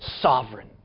sovereign